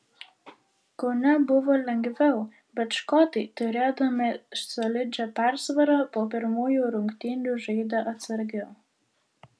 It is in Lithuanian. kaune buvo lengviau bet škotai turėdami solidžią persvarą po pirmųjų rungtynių žaidė atsargiau